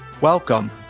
Welcome